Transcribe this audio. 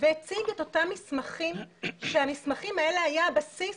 והציג את אותם מסמכים שהמסמכים האלה היו הבסיס